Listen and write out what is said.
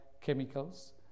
chemicals